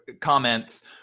comments